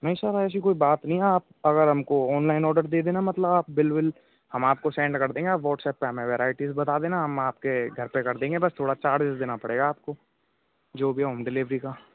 नहीं सर ऐसी कोई बात नहीं है आप अगर हमको ऑनलाईन ऑर्डर दे देना मतलब आप बिल विल हम आपको सेंड कर देंगे व्हॉट्सएप पर अगर आइ डी बता देना हम आपके घर पर कर देंगे बस थोड़ा चार्ज देना पड़ेगा आपको जो भी होम डिलेवरी का